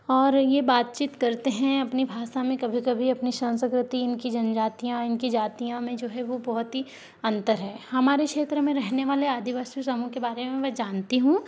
और ये बातचीत करते हैं अपनी भाषा में कभी कभी अपनी संस्कृति इनकी जन जातियाँ इनकी जातियों में जो है वो बहुत ही अंतर है हमारे क्षेत्र में रहने वाले आदीवासी समूह के बारे में जानती हूँ